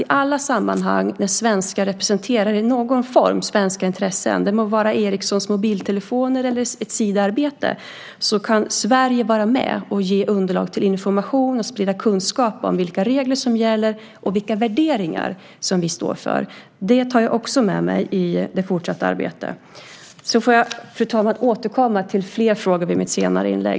I alla sammanhang där svenskar representerar svenska intressen i någon form - det må vara Ericssons mobiltelefoner eller ett Sidaarbete - kan Sverige vara med och ge underlag till information och sprida kunskap om vilka regler som gäller och vilka värderingar vi står för. Det tar jag också med mig i det fortsatta arbetet. Fru talman! Jag får återkomma till övriga frågor i mitt senare inlägg.